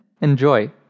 enjoy